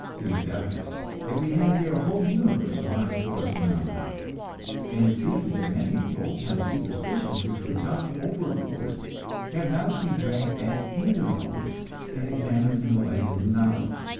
it is evident that we have here a whole universe of unexplored phenomena and it seems that many of the old-time superstitions which were dumped overboard have now to be dragged back into the boat and examined in the light of new knowledge.